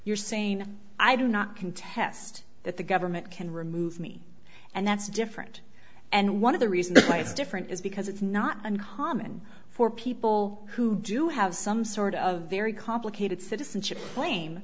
you're saying i do not contest that the government can remove me and that's different and one of the reasons why it's different is because it's not uncommon for people who do have some sort of very complicated citizenship cla